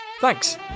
Thanks